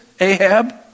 Ahab